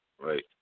Right